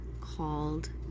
called